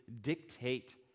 dictate